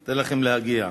אני אתן לכם להגיע.